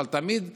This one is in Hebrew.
אבל תמיד תמיד,